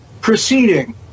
proceeding